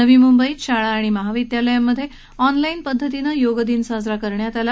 नवी मुंबईत शाळा आणि महाविद्यालयात ऑनलाजे पद्धतीनं योग दिन साजरा करण्यात आला